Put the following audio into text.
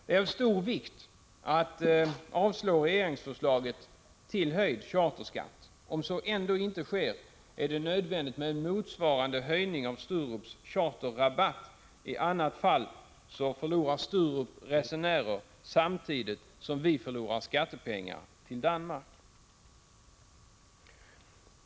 Det är av vikt att avslå regeringsförslaget om höjd charterskatt. Om så ändå inte sker, är det nödvändigt med en motsvarande höjning av Sturups charterrabatt. I annat fall förlorar Sturup resenärer, samtidigt som vi förlorar skattepengar till Danmark.